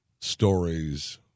stories